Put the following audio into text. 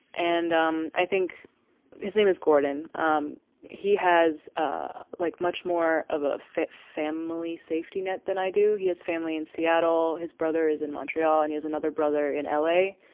and um i think his name is gordon. um he has ah like much more of a fit family safety net than i do. he has family in seattle. his brother is in montreal and is another brother in l a.